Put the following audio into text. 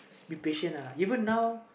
be patient uh even now